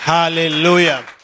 Hallelujah